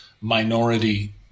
minority